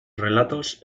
relatos